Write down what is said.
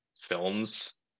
films